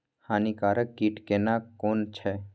हानिकारक कीट केना कोन छै?